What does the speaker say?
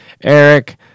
eric